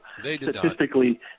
Statistically